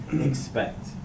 expect